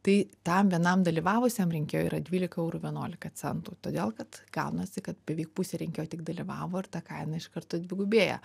tai tam vienam dalyvavusiam rinkėjui yra dvylika eurų vienuolika centų todėl kad gaunasi kad beveik pusė rinkėjų tik dalyvavo ir ta kaina iš karto dvigubėja